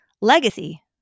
Legacy